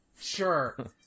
Sure